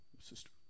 sister